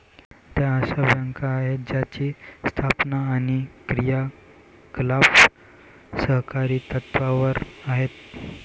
त्या अशा बँका आहेत ज्यांची स्थापना आणि क्रियाकलाप सहकारी तत्त्वावर आहेत